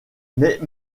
mais